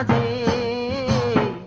a